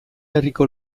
herriko